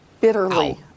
bitterly